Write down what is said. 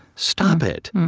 stop it.